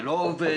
זה לא עובד,